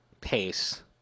pace